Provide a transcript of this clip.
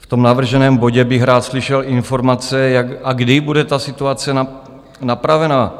V navrženém bodě bych rád slyšel informace, jak a kdy bude ta situace napravena.